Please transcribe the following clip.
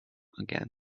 again